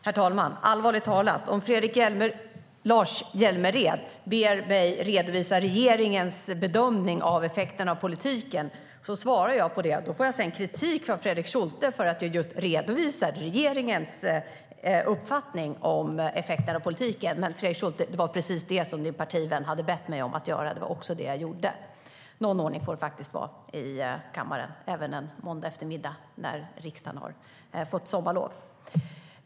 Herr talman! Allvarligt talat, om Lars Hjälmered ber mig redovisa regeringens bedömning av effekten av politiken så svarar jag på det. Då får jag kritik av Fredrik Schulte för att jag redovisar just regeringens uppfattning om effekten av politiken. Men Fredrik Schulte, det var precis det din partivän hade bett mig göra, och det var det jag också gjorde. Någon ordning får det faktiskt vara i kammaren även en måndagseftermiddag när riksdagen har fått sommarlov.